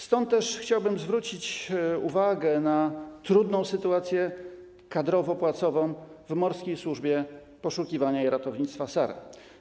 Stąd też chciałbym zwrócić uwagę na trudną sytuację kadrowo-płacową w Morskiej Służbie Poszukiwania i Ratownictwa SAR.